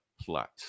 plot